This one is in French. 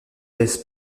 laisse